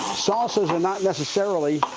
salsas are not necessarily